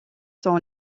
sont